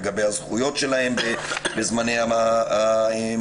לגבי הזכויות שלהן בזמני המשבר.